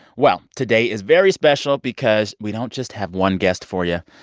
well, today is very special because we don't just have one guest for you.